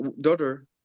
daughter